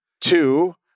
Two